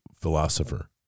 philosopher